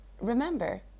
Remember